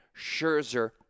Scherzer